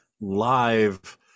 live